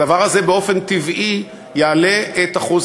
הדבר הזה באופן טבעי יעלה את אחוז